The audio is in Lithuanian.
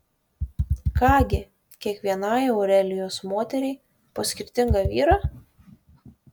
ką gi kiekvienai aurelijos moteriai po skirtingą vyrą